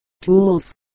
tools